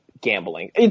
gambling